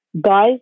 guys